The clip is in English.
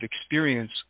experience